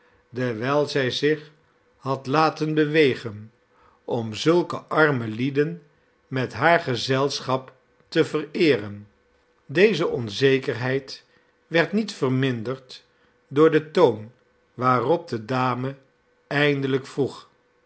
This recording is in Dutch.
dewijl zij zich had laten bede beboemde wassen beelden van j ablet wegen om zulke arme lieden met haar gezelschap te vereeren deze onzekerheid werd niet verminderd door den toon waarop de dame eindelijk vroeg